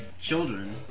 children